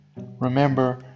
Remember